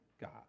god